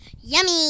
Yummy